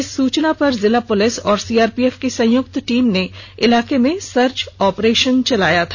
इस सूचना पर जिला पुलिस और सीआरपीएफ की संयुक्त टीम ने इलाके में सर्च ऑपरेशन चलाया था